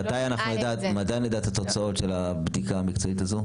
מתי אנחנו נדע את ההוצאות של הבדיקה המקצועית הזו?